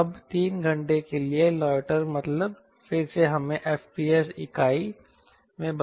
तो अब 3 घंटे के लिए लाइटर मतलब फिर से हमें FPS इकाई में बदलना होगा